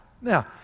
Now